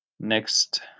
Next